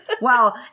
Wow